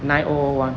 nine O O one